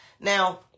Now